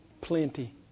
plenty